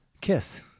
kiss